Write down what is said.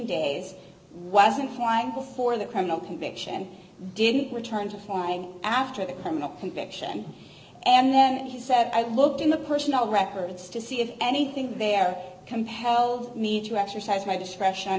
days was implying before the criminal conviction didn't return to flying after the criminal conviction and he said i looked in the personnel records to see if anything they are compelled me to exercise my discretion